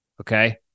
Okay